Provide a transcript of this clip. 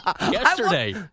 yesterday